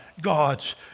God's